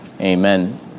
Amen